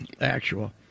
actual